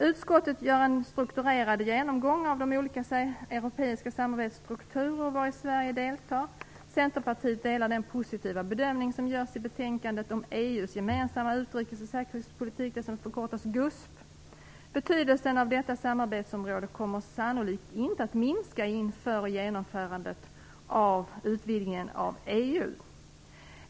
Utskottet gör en strukturerad genomgång av de olika europeiska samarbetsstrukturer vari Sverige deltar. Centerpartiet delar den positiva bedömning som görs i betänkandet om EU:s gemensamma utrikes och säkerhetspolitik, GUSP. Betydelsen av detta samarbetsområde kommer sannolikt inte att minska inför och genom utvidgningen av EU.